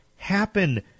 happen